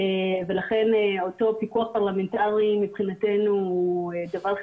האם יש מישהו מהמאזינים לדיון שנמצאים פה שרוצה להעיר,